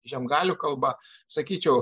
žiemgalių kalba sakyčiau